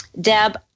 Deb